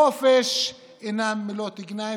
חופש הן אינן מילות גנאי,